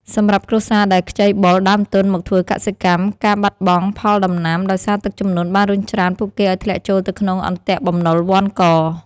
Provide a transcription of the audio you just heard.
សម្រាប់គ្រួសារដែលខ្ចីបុលដើមទុនមកធ្វើកសិកម្ម ការបាត់បង់ផលដំណាំដោយសារទឹកជំនន់បានរុញច្រានពួកគេឱ្យធ្លាក់ចូលទៅក្នុងអន្ទាក់បំណុលវណ្ឌក។